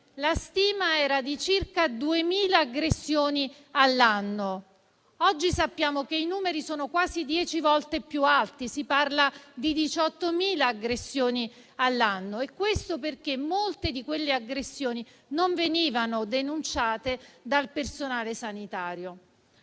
si stimavano circa 2.000 aggressioni all'anno; oggi sappiamo che i numeri sono quasi dieci volte più alti e si parla di 18.000 aggressioni all'anno. Questo perché molte di quelle aggressioni non venivano denunciate dal personale sanitario.